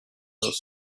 was